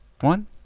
one